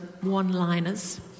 one-liners